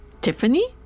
Tiffany